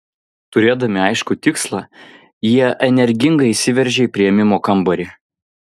turėdami aiškų tikslą jie energingai įsiveržė į priėmimo kambarį